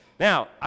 Now